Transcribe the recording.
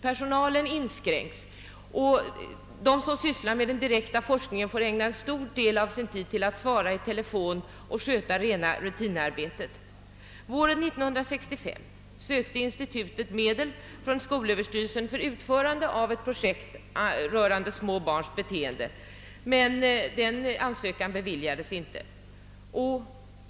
Personalen inskränks, och de som sysslar med den direkta forskningen får ägna en stor del av sin tid åt att svara i telefon och sköta rena rutinarbeten. Våren 1965 sökte institutionen medel från skolöverstyrelsen för utförande av ett projekt rörande små barns beteenden, men denna ansökan beviljades inte.